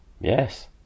yes